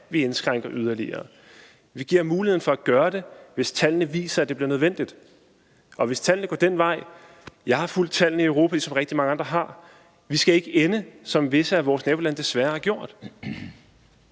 vi indskrænker yderligere. Vi giver muligheden for at gøre det, hvis tallene viser, at det bliver nødvendigt; hvis tallene går den forkerte vej. Jeg har fulgt tallene i Europa, ligesom rigtig mange andre har, og vi skal ikke ende, som visse af vores nabolande desværre er endt.